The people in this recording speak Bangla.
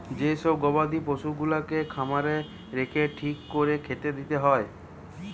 যে সব গবাদি পশুগুলাকে খামারে রেখে ঠিক কোরে খেতে দিতে হয়